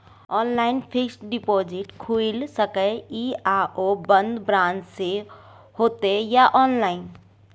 Online fixed deposit खुईल सके इ आ ओ बन्द ब्रांच स होतै या ऑनलाइन?